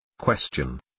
Question